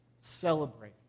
celebrate